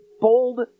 bold